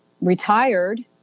retired